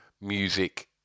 music